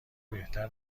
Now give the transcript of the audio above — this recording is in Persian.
بهتر